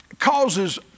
causes